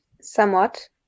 Somewhat